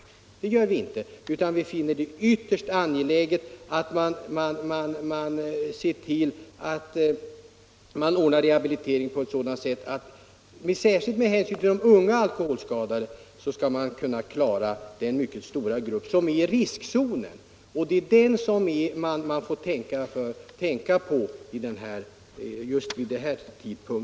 Det gör vi inte, utan vi finner det ytterst angeläget att se till att man ordnar rehabilitering på sådant sätt att man — särskilt med hänsyn till de unga alkoholskadade — skall kunna klara den mycket stora grupp som är i riskzonen. Det är den man främst får tänka på i detta sammanhang.